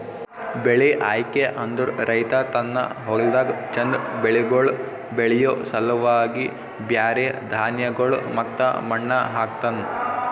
ಬೆಳಿ ಆಯ್ಕೆ ಅಂದುರ್ ರೈತ ತನ್ನ ಹೊಲ್ದಾಗ್ ಚಂದ್ ಬೆಳಿಗೊಳ್ ಬೆಳಿಯೋ ಸಲುವಾಗಿ ಬ್ಯಾರೆ ಧಾನ್ಯಗೊಳ್ ಮತ್ತ ಮಣ್ಣ ಹಾಕ್ತನ್